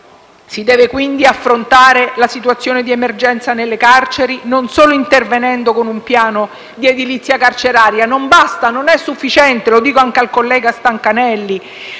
Si deve quindi affrontare la situazione d'emergenza nelle carceri non solo intervenendo con un piano di edilizia carceraria. Non basta, non è sufficiente - lo dico anche al collega Stancanelli